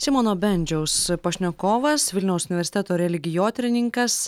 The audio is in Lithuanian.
simono bendžiaus pašnekovas vilniaus universiteto religijotyrininkas